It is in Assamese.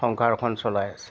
সংসাৰখন চলাই আছে